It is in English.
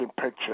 picture